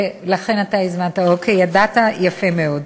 ולכן אתה הזמנת, אוקיי, ידעת, יפה מאוד.